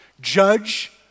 Judge